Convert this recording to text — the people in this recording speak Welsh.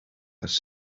ers